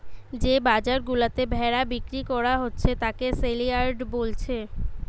যে বাজার গুলাতে ভেড়া বিক্রি কোরা হচ্ছে তাকে সেলইয়ার্ড বোলছে